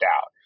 out